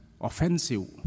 offensive